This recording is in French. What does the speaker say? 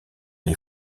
les